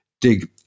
dig